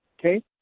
okay